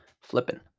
Flipping